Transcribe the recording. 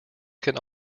can